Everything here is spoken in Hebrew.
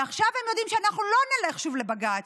ועכשיו הם יודעים שאנחנו לא נלך שוב לבג"ץ,